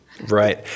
Right